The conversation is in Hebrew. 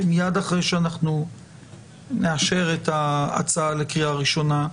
מיד אחרי שאנחנו נאשר את ההצעה לקריאה ראשונה,